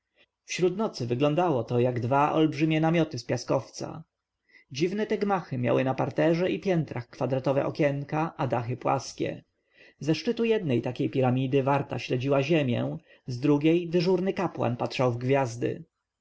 wśród nocy wyglądało to jak dwa olbrzymie namioty z piaskowca dziwne te gmachy miały na parterze i piętrach kwadratowe okienka a dachy płaskie ze szczytu jednej takiej piramidy warta śledziła ziemię z drugiej dyżurny kapłan patrzył w gwiazdy